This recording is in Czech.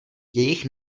jejich